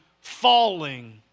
falling